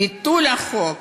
ביטול החוק